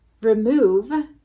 remove